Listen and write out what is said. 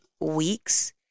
weeks